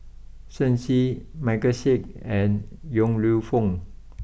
Shen Xi Michael Seet and Yong Lew Foong